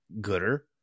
gooder